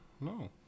no